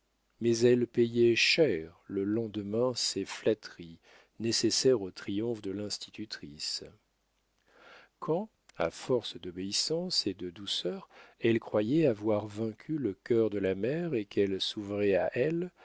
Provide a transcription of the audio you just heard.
mais elle payait cher le lendemain ces flatteries nécessaires au triomphe de l'institutrice quand à force d'obéissance et de douceur elle croyait avoir vaincu le cœur de la mère et qu'elle s'ouvrait à elle